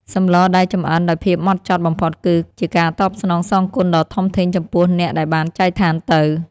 សម្លដែលចម្អិនដោយភាពហ្មត់ចត់បំផុតគឺ ជាការតបស្នងសងគុណដ៏ធំធេងចំពោះអ្នកដែលបានចែកឋានទៅ។